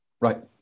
right